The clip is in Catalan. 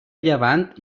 llevant